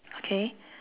okay